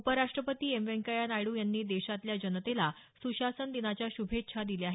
उपराष्टपती एम व्यंकय्या नायड्र यांनी देशातल्या जनतेला सुशासन दिनाच्या शुभेच्छा दिल्या आहेत